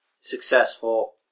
successful